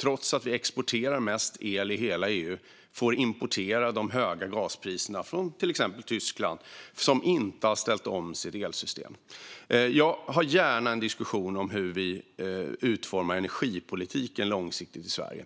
trots att vi exporterar mest el i hela EU, får importera de höga gaspriserna från till exempel Tyskland som inte har ställt om sitt elsystem. Jag har gärna en diskussion om hur vi långsiktigt utformar energipolitiken i Sverige.